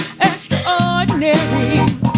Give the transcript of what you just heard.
Extraordinary